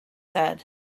said